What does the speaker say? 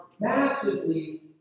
massively